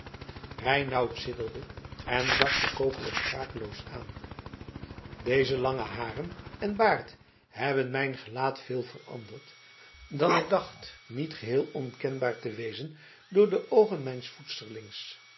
reinout sidderde en zag den kokeler sprakeloos aan deze lange haren en baard hebben mijn gelaat veel veranderd dan ik dacht niet geheel onkenbaar te wezen voor de oogen mijns